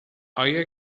آیا